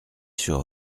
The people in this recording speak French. sur